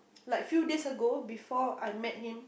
like few days ago before I meet him